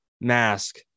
mask